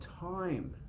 time